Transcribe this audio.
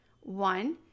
One